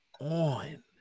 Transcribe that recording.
on